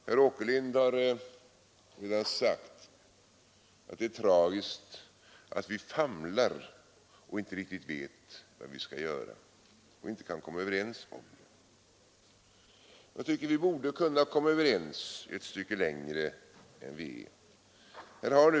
Herr Åkerlind sade att det är tragiskt att vi famlar och inte kan komma överens om vad vi skall göra. Jag tycker att vi borde kunna komma överens ett stycke längre än vi gjort hittills.